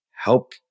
help